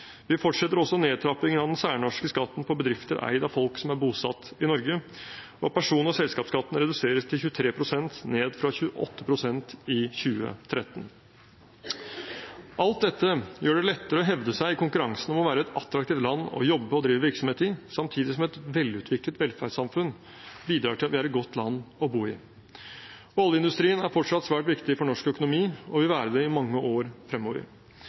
Vi fortsetter også nedtrappingen av den særnorske skatten på bedrifter eid av folk som er bosatt i Norge, og person- og selskapsskatten reduseres til 23 pst. – ned fra 28 pst. i 2013. Alt dette gjør det lettere å hevde seg i konkurransen om å være et attraktivt land å jobbe og drive virksomhet i, samtidig som et velutviklet velferdssamfunn bidrar til at vi er et godt land å bo i. Oljeindustrien er fortsatt svært viktig for norsk økonomi, og vil være det i mange år fremover.